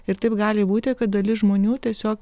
ir taip gali būti kad dalis žmonių tiesiog